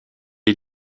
est